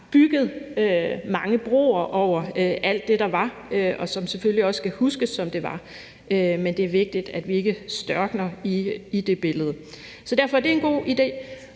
bygget mange broer over alt det, der var, og som selvfølgelig også skal huskes, som det var. Men det er vigtigt, at vi ikke størkner i det billede. Derfor er det en god idé.